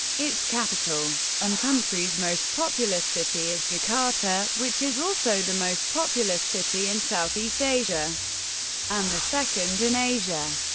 its capital and country's most populous populous city is jakarta, which is also the most populous city in southeast asia and the second in asia.